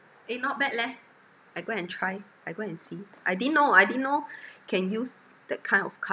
eh not bad leh I go and try I go and see I didn't know I didn't know can use that kind of card